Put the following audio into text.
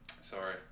Sorry